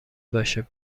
باشه